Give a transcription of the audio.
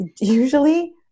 usually